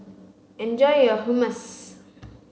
enjoy your Hummus